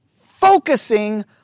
focusing